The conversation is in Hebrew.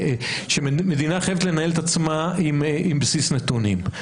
מדינה חייבת לנהל את עצמה עם בסיס נתונים.